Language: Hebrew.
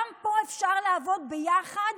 גם פה אפשר לעבוד ביחד